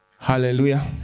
hallelujah